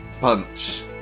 punch